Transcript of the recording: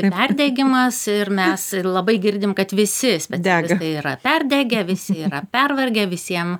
perdegimas ir mes ir labai girdim kad visi specialistai yra perdegę visi yra pervargę visiem